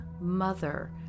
mother